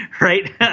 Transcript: Right